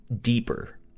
deeper